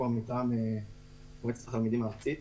נציג מועצת התלמידים הארצית.